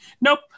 Nope